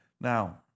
Now